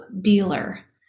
dealer